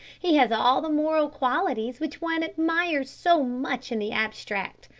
he has all the moral qualities which one admires so much in the abstract.